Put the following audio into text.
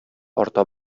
арта